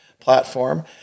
platform